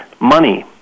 Money